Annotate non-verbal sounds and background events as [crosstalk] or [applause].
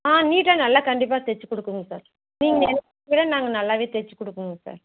ஆ நீட்டாக நல்லா கண்டிப்பாக தைச்சிக் கொடுக்குறோம் சார் நீங்கள் [unintelligible] நாங்கள் நல்லாவே தைச்சிக் கொடுப்போங்க சார்